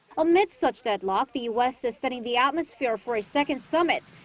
amid such deadlock, the u s. is setting the atmosphere for a second summit.